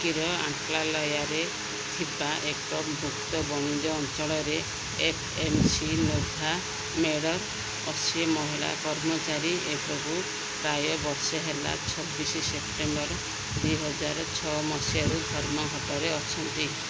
ତୁର୍କୀର ଆଣ୍ଟାଲ୍ୟାରେ ଥିବା ଏକ ମୁକ୍ତ ବାଣିଜ୍ୟ ଅଞ୍ଚଳରେ ଏଫ୍ ଏମ୍ ସି ନୋଭାମେଡ଼ର ଅଶୀ ମହିଳା କର୍ମଚାରୀ ଏବକୁ ପ୍ରାୟ ବର୍ଷେ ହେଲା ଛବିଶ ସେପ୍ଟେମ୍ବର ଦୁଇହଜାର ଛଅ ମସିହାରୁ ଧର୍ମଘଟରେ ଅଛନ୍ତି